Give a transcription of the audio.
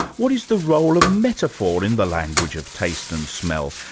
what is the role of metaphor in the language of taste and smell?